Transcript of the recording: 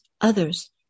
Others